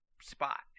spot